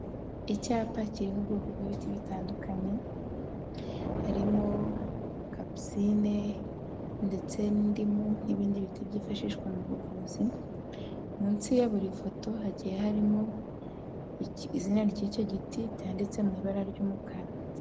Icyapa kiriho ubwoko bw'ibiti bitandukanye, harimo Kapicine ndetse n'indimu, n'ibindi biti byifashishwa mu buvuzi, munsi ya buri foto hagiye harimo izina ry'icyo giti, ryanditse mu ibara ry'umukara.